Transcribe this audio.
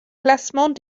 classement